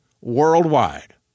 worldwide